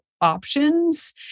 options